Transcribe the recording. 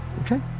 Okay